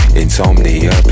insomnia